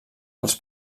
als